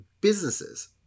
businesses